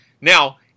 Now